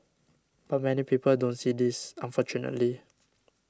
but many people don't see this unfortunately